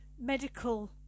medical